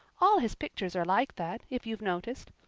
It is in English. all his pictures are like that, if you've noticed.